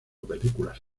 películas